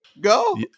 go